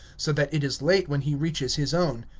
so that it is late when he reaches his own.